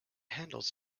handles